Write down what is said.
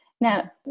Now